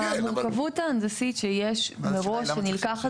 המורכבות ההנדסית שיש מראש שנלקחת